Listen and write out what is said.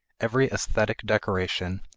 every esthetic decoration,